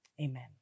Amen